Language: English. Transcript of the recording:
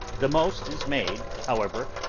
the most is made, however,